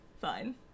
fine